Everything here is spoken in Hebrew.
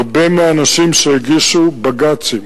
הרבה מהאנשים שהגישו בג"צים